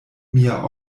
mia